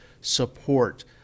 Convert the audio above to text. support